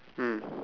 mm